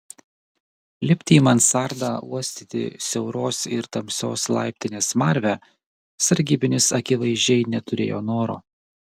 lipti į mansardą uostyti siauros ir tamsios laiptinės smarvę sargybinis akivaizdžiai neturėjo noro